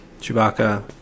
Chewbacca